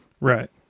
Right